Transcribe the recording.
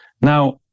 Now